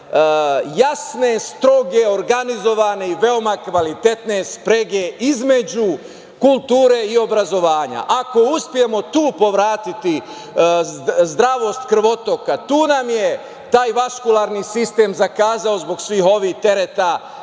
jasne, stroge, organizovane i veoma kvalitetne sprege između kulture i obrazovanja. Ako uspemo tu povratiti zdravlje krvotoka, tu nam je taj vaskularni sistem zakazao zbog svih ovih tereta